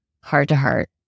heart-to-heart